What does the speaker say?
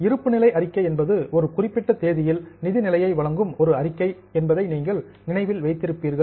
இருப்புநிலை அறிக்கை என்பது ஒரு குறிப்பிட்ட தேதியில் நிதி நிலையை வழங்கும் ஒரு அறிக்கை என்பதை நீங்கள் நினைவில் வைத்திருப்பீர்கள்